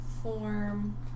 Form